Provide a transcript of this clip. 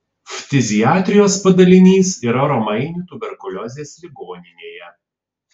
ftiziatrijos padalinys yra romainių tuberkuliozės ligoninėje